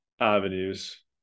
avenues